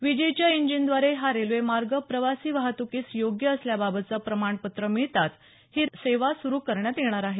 विजेच्या इंजिनद्वारे हा रेल्वेमार्ग प्रवासी वाहतुकीस योग्य असल्याबाबतचं प्रमाणपत्र मिळताच ही रेल्वे सेवा सुरू करण्यात येणार आहे